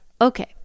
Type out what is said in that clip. okay